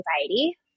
anxiety